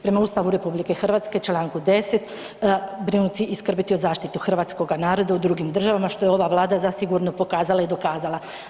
Prema Ustavu RH čl. 10. brinuti i skrbiti o zaštiti hrvatskoga naroda u drugim državama, što je ova vlada zasigurno pokazala i dokazala.